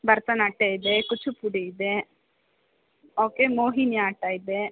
ಭರತನಾಟ್ಯ ಇದೆ ಕೂಚಿಪುಡಿ ಇದೆ ಓಕೆ ಮೋಹಿನಿಯಾಟ್ಟಂ ಇದೆ